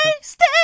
stay